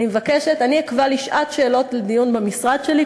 אני מבקשת: אני אקבע לי שעת שאלות לדיון במשרד שלי,